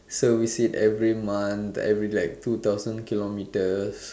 service it every month every like two thousand kilometres